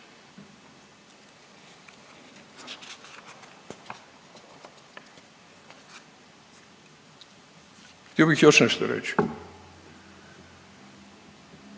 Hvala vam.